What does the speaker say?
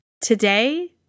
Today